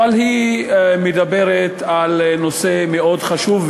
אבל היא מדברת על נושא מאוד חשוב,